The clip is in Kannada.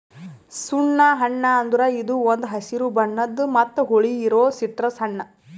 ಸುಣ್ಣ ಹಣ್ಣ ಅಂದುರ್ ಇದು ಒಂದ್ ಹಸಿರು ಬಣ್ಣದ್ ಮತ್ತ ಹುಳಿ ಇರೋ ಸಿಟ್ರಸ್ ಹಣ್ಣ